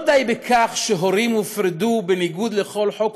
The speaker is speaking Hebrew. לא די בכך שהורים הופרדו בניגוד לכל חוק